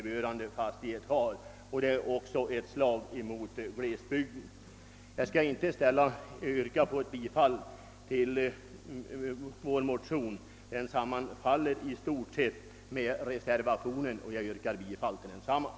Beskattningen är också ett slag mot glesbygden. Jag skall inte yrka bifall till vår motion; den sammanfaller i stort sett med reservationen, till vilken jag ber att få yrka bifall.